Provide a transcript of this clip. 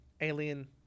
Alien